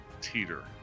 teeter